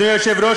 אדוני היושב-ראש,